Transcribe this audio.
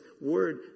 word